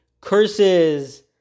curses